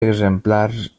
exemplars